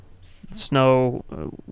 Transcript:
snow